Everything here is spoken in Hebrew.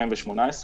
בווריאנטים.